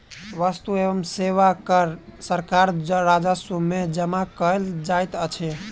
वस्तु एवं सेवा कर सरकारक राजस्व में जमा कयल जाइत अछि